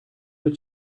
have